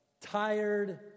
tired